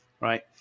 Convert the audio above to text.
right